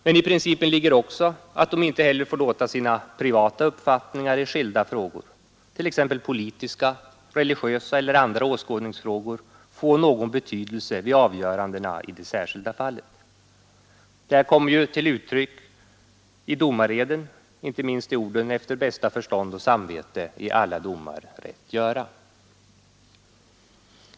Men i principen ligger också att de inte heller får låta sina privata uppfattningar i skilda frågor, t.ex. politiska, religiösa eller andra åskådningsfrågor få någon betydelse vid avgörandena i det särskilda fallet. Detta kommer ju bl.a. till uttryck i domareden, inte minst i orden ”efter bästa förstånd och samvete i alla domar rätt göra”.